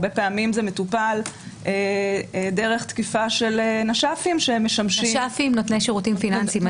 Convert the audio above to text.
הרבה פעמים זה מטופל דרך תקיפה של נותני שירותים פיננסיים.